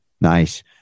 Nice